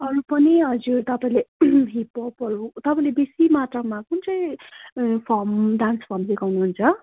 अरू पनि हजुर तपाईँले हिपपपहरू तपाईँले बेसी मात्रामा कुन चाहिँ फर्म डान्स फर्म सिकाउनु हुन्छ